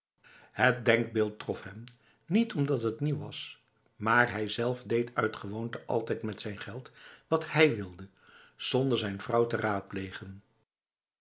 het denkbeeld trof hem niet omdat het nieuw was maar hijzelf deed uit gewoonte altijd met zijn geld wat hij wilde zonder ooit zijn vrouw te raadplegen